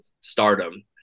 stardom